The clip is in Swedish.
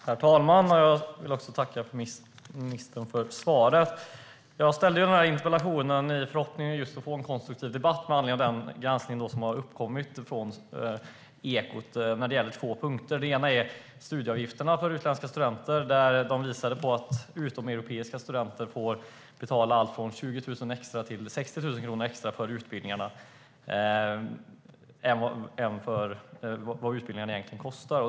Herr talman! Jag vill tacka ministern för svaret. Jag ställde interpellationen i förhoppningen om att få en konstruktiv debatt med anledning av den granskning som har gjorts av Ekot i fråga om två punkter. Den ena punkten gäller studieavgifterna för utländska studenter. Ekot visade på att utomeuropeiska studenter får betala allt från 20 000 till 60 000 kronor extra för utbildningarna jämfört med vad de egentligen kostar.